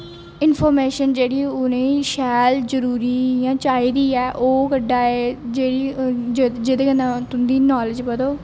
information जेह्ड़ी उ'नेंगी शैल जरूरी इ'यां चाहिदी ऐ ओह् कड्ढा दे जेह्ड़े जेह्दे कन्नै तुं'दी नालेज़ बधग